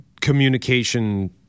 communication